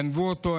גנבו אותו,